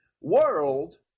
world